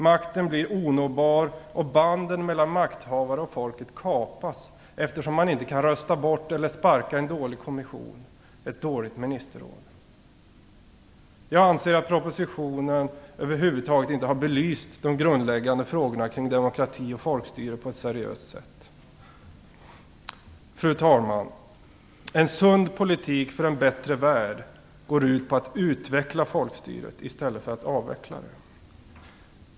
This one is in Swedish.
Makten blir onåbar, och banden mellan makthavare och folket kapas, eftersom man inte kan rösta bort eller sparka en dålig kommission, ett dåligt ministerråd. Jag anser att propositionen över huvud taget inte har belyst de grundläggande frågorna kring demokrati och folkstyre på ett seriöst sätt. Fru talman! En sund politik för en bättre värld går ut på att utveckla folkstyret i stället för att avveckla det.